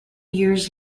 years